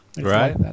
Right